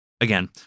again